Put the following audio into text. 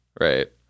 Right